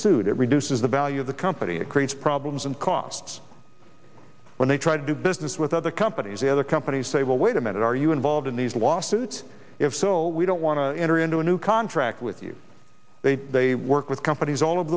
sued it reduces the value of the company it creates problems and costs when they try to do business with other companies other companies say well wait a minute are you involved in these lawsuits if so we don't want to enter into a new contract with you they work with companies all over